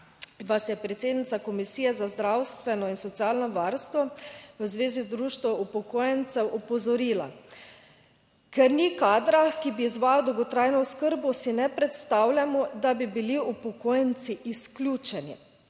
je predsednica Komisije za zdravstveno in socialno varstvo v Zvezi društev upokojencev opozorila, "ker ni kadra, ki bi izvajal dolgotrajno oskrbo, si ne predstavljamo, da bi bili upokojenci izključeni.